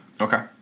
Okay